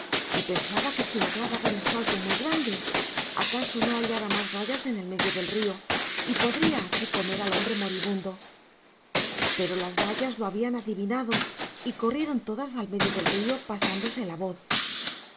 y pensaba que si lograba dar un salto muy grande acaso no hallara más rayas en el medio del río y podría así comer al hombre moribundo pero las rayas lo habían adivinado y corrieron todas al medio del río pasándose la voz